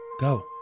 Go